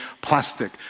plastic